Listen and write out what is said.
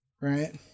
Right